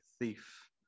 thief